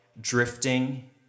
drifting